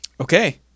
Okay